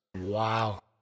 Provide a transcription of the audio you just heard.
Wow